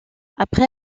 après